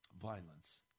Violence